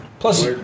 Plus